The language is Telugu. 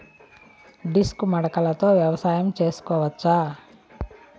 డిస్క్ మడకలతో వ్యవసాయం చేసుకోవచ్చా??